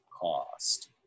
cost